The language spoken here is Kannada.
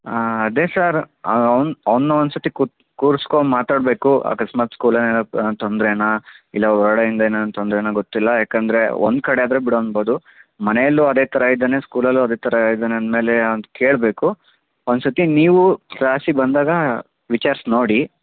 ಅದೇ ಸರ್ ಅವ್ನು ಅವನೂ ಒಂದು ಸರ್ತಿ ಕುತ್ ಕೂರ್ಸ್ಕೊಂಡು ಮಾತಾಡಬೇಕು ಅಕಸ್ಮಾತ್ ಸ್ಕೂಲಲ್ಲಿ ಏನಾರೂ ತೊಂದರೆನಾ ಇಲ್ಲ ಹೊರ್ಗಡೆಯಿಂದ ಏನಾದ್ರೂ ತೊಂದರೆನಾ ಗೊತ್ತಿಲ್ಲ ಯಾಕಂದರೆ ಒಂದುಕಡೆ ಆದರೆ ಬಿಡು ಅನ್ಬೋದು ಮನೆಯಲ್ಲೂ ಅದೇ ಥರ ಇದ್ದಾನೆ ಸ್ಕೂಲಲ್ಲೂ ಅದೇ ಥರ ಇದಾನೆ ಅಂದ ಮೇಲೆ ಒಂದು ಕೇಳಬೇಕು ಒಂದು ಸರ್ತಿ ನೀವೂ ಕ್ಲಾಸಿಗೆ ಬಂದಾಗ ವಿಚಾರ್ಸಿ ನೋಡಿ